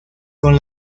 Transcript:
con